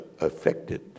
affected